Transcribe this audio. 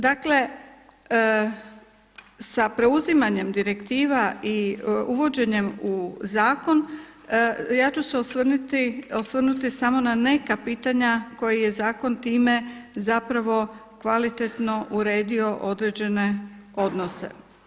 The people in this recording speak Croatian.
Dakle, sa preuzimanjem direktiva i uvođenjem u zakon ja ću se osvrnuti samo na neka pitanja koja je zakon time zapravo kvalitetno uredio određene odnose.